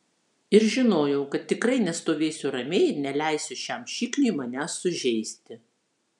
ir žinojau kad tikrai nestovėsiu ramiai ir neleisiu šiam šikniui manęs sužeisti